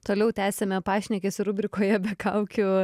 toliau tęsiame pašnekesį rubrikoje be kaukių